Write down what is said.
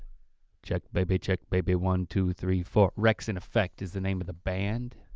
check baby check baby one two three four wreckx-n-effect is the name of the band.